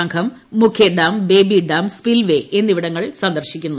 സംഘം മുഖ്യ dam baby dam spillway എന്നിവിടങ്ങൾ സന്ദർശിക്കും